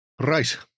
right